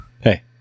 Hey